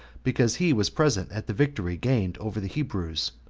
because he was present at the victory gained over the hebrews,